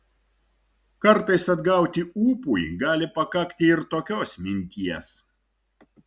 kartais atgauti ūpui gali pakakti ir tokios minties